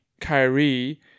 Kyrie